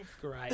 Great